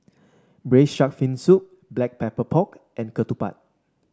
braise shark fin soup Black Pepper Pork and Ketupat